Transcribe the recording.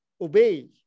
obey